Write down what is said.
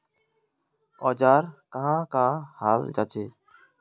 औजार कहाँ का हाल जांचें?